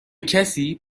کسی